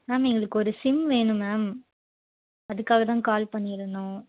ma'am எங்களுக்கு ஒரு SIM வேணும் மேம் அதுக்காக தான் கால் பண்ணியிருந்தோம்